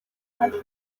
umaze